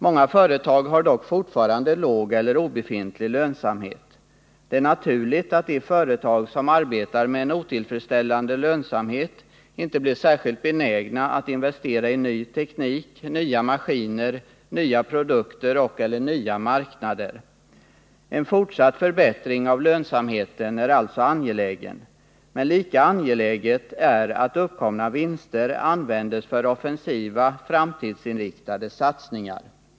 Många företag har dock fortfarande låg eller obefintlig lönsamhet. Det är naturligt att de företag som arbetar med en otillfredsställande lönsamhet inte blir särskilt benägna att investera i ny teknik, nya maskiner, nya produkter och/eller nya marknader. En fortsatt förbättring av lönsamheten är alltså angelägen. Men lika angeläget är att uppkomna vinster användes för offensiva, framtidsinriktade satsningar.